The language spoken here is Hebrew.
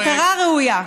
מטרה ראויה.